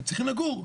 הם צריכים לגור.